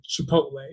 Chipotle